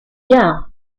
gares